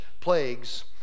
plagues